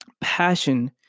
passion